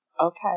okay